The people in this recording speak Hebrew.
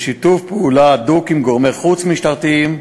בשיתוף פעולה הדוק עם גורמי חוץ משטרתיים,